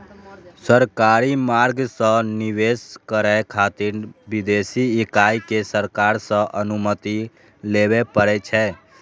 सरकारी मार्ग सं निवेश करै खातिर विदेशी इकाई कें सरकार सं अनुमति लेबय पड़ै छै